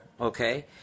Okay